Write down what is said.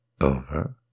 over